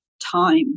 Time